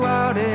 out